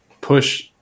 push